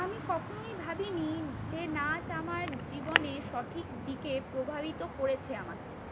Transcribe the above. আমি কখনই ভাবিনি যে নাচ আমার জীবনে সঠিক দিকে প্রভাবিত করেছে আমাকে